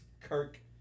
Kirk